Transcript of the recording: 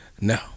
No